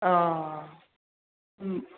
अ